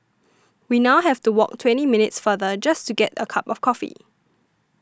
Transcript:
we now have to walk twenty minutes farther just to get a cup of coffee